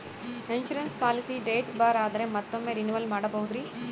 Insurance policy date bar ಆದರೆ ಮತ್ತೊಮ್ಮೆ renewal ಮಾಡಬಹುದ್ರಿ?